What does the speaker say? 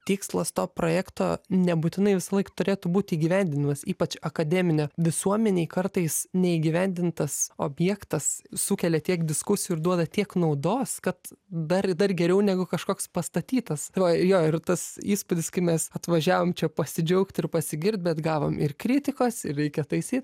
tikslas to projekto nebūtinai visąlaik turėtų būti įgyvendinamas ypač akademinio visuomenėj kartais neįgyvendintas objektas sukelia tiek diskusijų ir duoda tiek naudos kad dar dar geriau negu kažkoks pastatytas tai va jo ir tas įspūdis kai mes atvažiavom čia pasidžiaugti ir pasigirt bet gavom ir kritikos ir reikia taisyt